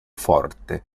forte